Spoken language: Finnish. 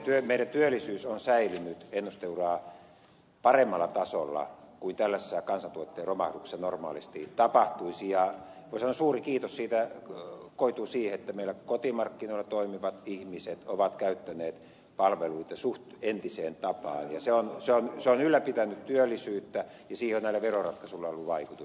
meidän työllisyytemme on säilynyt ennusteuraa paremmalla tasolla kuin tällaisessa kansantuotteen romahduksessa normaalisti tapahtuisi ja voi sanoa että suuri kiitos siitä kuuluu sille että meillä kotimarkkinoilla toimivat ihmiset ovat käyttäneet palveluita suht entiseen tapaan ja se on ylläpitänyt työllisyyttä ja siihen on näillä veroratkaisuilla ollut vaikutus